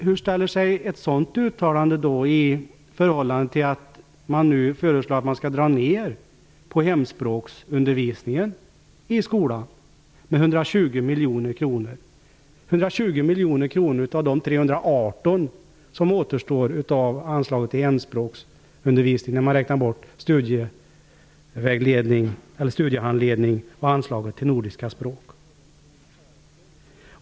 Hur stämmer det med det förhållandet att man nu föreslår en neddragning av hemspråksundervisningen i skolan med 120 miljoner kronor -- 120 miljoner kronor av de 318 miljoner kronor som återstår av anslaget till hemspråksundervisning, om man räknar bort studiehandledning och anslaget till nordiska språk?